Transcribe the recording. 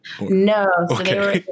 No